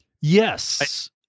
Yes